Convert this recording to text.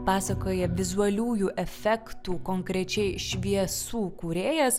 pasakoja vizualiųjų efektų konkrečiai šviesų kūrėjas